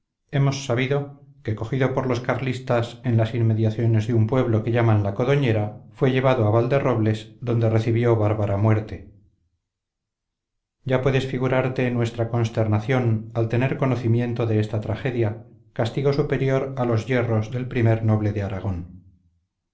hemos sabido que cogido por los carlistas en las inmediaciones de un pueblo que llaman la codoñera fue llevado a valderrobles donde recibió bárbara muerte ya puedes figurarte nuestra consternación al tener conocimiento de esta tragedia castigo superior a los yerros del primer noble de aragón